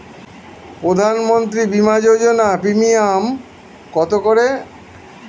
প্রধানমন্ত্রী বিমা যোজনা প্রিমিয়াম কত করে?